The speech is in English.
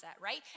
right